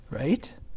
right